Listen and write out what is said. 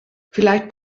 vielleicht